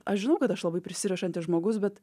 aš žinau kad aš labai prisirišantis žmogus bet